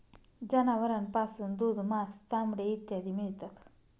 जनावरांपासून दूध, मांस, चामडे इत्यादी मिळतात